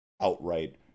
outright